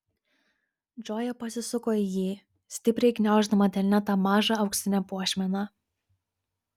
džoja pasisuko į jį stipriai gniauždama delne tą mažą auksinę puošmeną